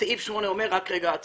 אז סעיף 8 אומר: עצור,